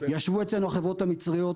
ישבו אצלנו החברות המצריות.